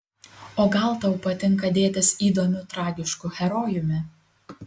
o gal tau patinka dėtis įdomiu tragišku herojumi